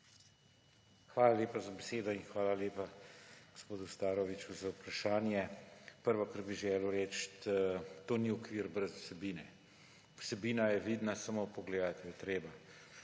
Hvala lepa za besedo in hvala lepa gospodu Staroviću za vprašanje. Prvo, kar bi želel reči, to ni okvir brez vsebine. Vsebina je vidna, samo pogledati jo je treba.